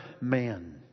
man